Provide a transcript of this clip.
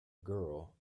girl